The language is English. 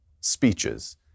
speeches